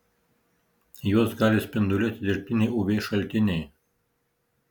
juos gali spinduliuoti dirbtiniai uv šaltiniai